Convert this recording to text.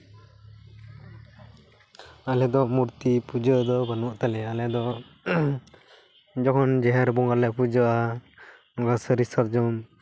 ᱟᱞᱮ ᱫᱚ ᱢᱩᱨᱛᱤ ᱯᱩᱡᱟᱹ ᱫᱚ ᱵᱟᱹᱱᱩᱜ ᱛᱟᱞᱮᱭᱟ ᱟᱞᱮ ᱫᱚ ᱡᱚᱠᱷᱚᱱ ᱡᱟᱦᱮᱨ ᱵᱚᱸᱜᱟ ᱞᱮ ᱯᱩᱡᱟᱹᱜᱼᱟ ᱚᱱᱟ ᱥᱟᱹᱨᱤ ᱥᱟᱨᱡᱚᱢ